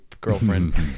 girlfriend